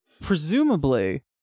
presumably